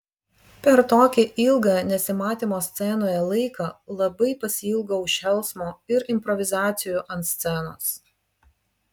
per tokį ilgą nesimatymo scenoje laiką labai pasiilgau šėlsmo ir improvizacijų ant scenos